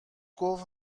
گفت